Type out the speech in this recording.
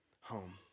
home